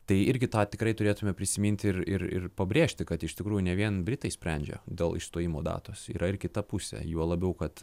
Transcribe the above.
tai irgi tą tikrai turėtume prisiminti ir ir ir pabrėžti kad iš tikrųjų ne vien britai sprendžia dėl išstojimo datos yra ir kita pusė juo labiau kad